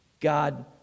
God